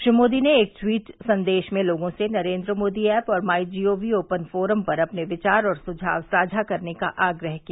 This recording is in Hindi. श्री मोदी ने एक ट्वीट संदेश में लोगों से नरेन्द्र मोदी ऐप और my G O V open forum पर अपने विचार और सुझाव साझा करने का आग्रह किया